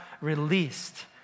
released